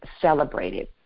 celebrated